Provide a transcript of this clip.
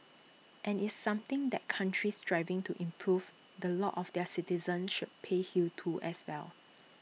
and it's something that countries striving to improve the lot of their citizens should pay heed to as well